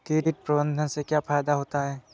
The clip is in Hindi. कीट प्रबंधन से क्या फायदा होता है?